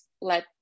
let